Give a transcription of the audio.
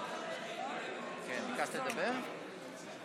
כנסת נכבדה,